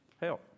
Help